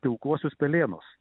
pilkuosius pelėnus